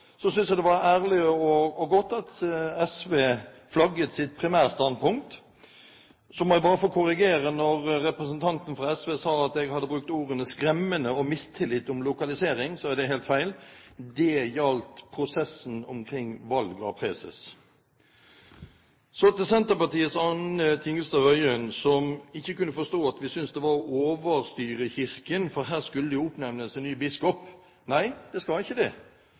Så må jeg bare få korrigere når representanten fra SV sier at jeg hadde brukt ordene «skremmende» og «mistillit» om lokalisering. Det er helt feil, det gjaldt prosessen omkring valget av preses. Så til Senterpartiets Anne Tingelstad Wøien, som ikke kunne forstå at vi syntes at det var å overstyre Kirken, for her skulle det jo oppnevnes en ny biskop. Nei, det skal ikke det.